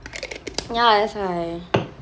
ya that's why